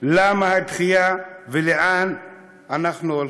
בכל מיני צורות למה הדחייה ולאן אנחנו הולכים.